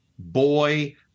boy